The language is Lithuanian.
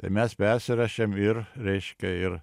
ir mes persirašėm ir reiškia ir